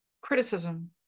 criticism